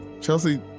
Chelsea